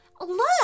Look